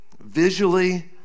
visually